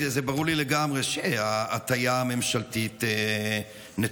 זה ברור לי לגמרי שההטיה הממשלתית נתונה.